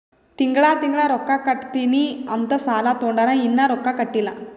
ತಿಂಗಳಾ ತಿಂಗಳಾ ರೊಕ್ಕಾ ಕಟ್ಟತ್ತಿನಿ ಅಂತ್ ಸಾಲಾ ತೊಂಡಾನ, ಇನ್ನಾ ರೊಕ್ಕಾ ಕಟ್ಟಿಲ್ಲಾ